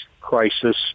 crisis